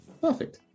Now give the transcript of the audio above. perfect